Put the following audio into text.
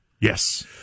Yes